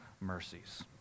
mercies